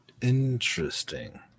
interesting